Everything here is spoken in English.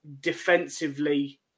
defensively